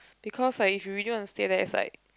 because like if you really want to stay there is like